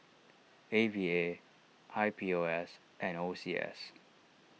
A V A I P O S and O C S